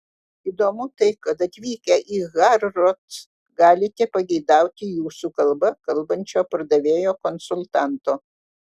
įdomu tai kad atvykę į harrods galite pageidauti jūsų kalba kalbančio pardavėjo konsultanto